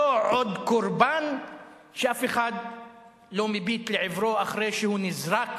לא עוד קורבן שאף אחד לא מביט לעברו אחרי שהוא נזרק